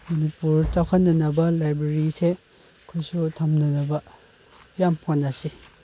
ꯃꯅꯤꯄꯨꯔ ꯆꯥꯎꯈꯠꯅꯅꯕ ꯂꯥꯏꯕ꯭ꯔꯦꯔꯤꯁꯦ ꯑꯩꯈꯣꯏꯁꯨ ꯊꯝꯅꯅꯕ ꯌꯥꯝ ꯍꯣꯠꯅꯁꯤ